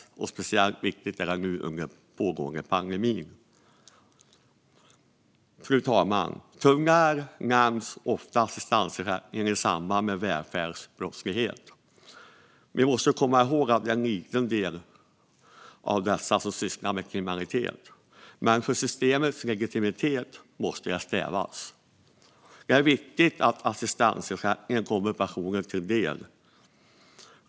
Det är speciellt viktigt nu under den pågående pandemin. Fru talman! Tyvärr nämns ofta assistansersättningen i samband med välfärdsbrottslighet. Vi måste komma ihåg att det är en liten del som sysslar med kriminalitet. Men för systemets legitimitet måste det stävjas. Det är viktigt att assistansersättningen kommer personer med funktionsnedsättning till del.